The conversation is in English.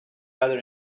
other